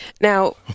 Now